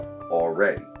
already